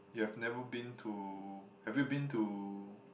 you have never been to have you been to